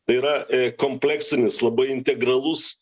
tai yra kompleksinis labai integralus